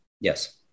Yes